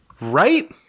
Right